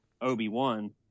Obi-Wan